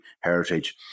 heritage